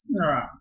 right